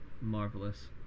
Marvelous